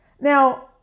Now